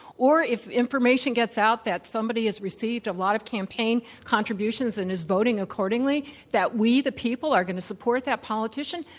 or if information gets out that somebody has received a lot of campaign contributions and is voting accordingly that we the people are going to support that politician?